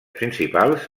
principals